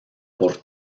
por